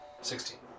Sixteen